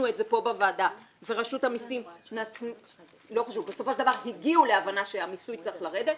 את זה כאן בוועדה ובסופו של דבר הגיעו להבנה שהמיסוי צריך לרדת,